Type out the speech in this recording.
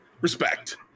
Respect